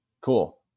Cool